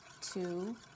two